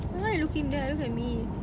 why are you looking there look at me